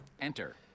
enter